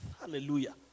Hallelujah